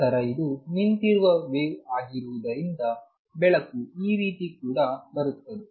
ನಂತರ ಇದು ನಿಂತಿರುವ ವೇವ್ ಆಗಿರುವುದರಿಂದ ಬೆಳಕು ಈ ರೀತಿ ಕೂಡ ಬರುತ್ತದೆ